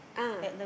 ah